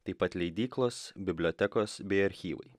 taip pat leidyklos bibliotekos bei archyvai